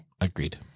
Agreed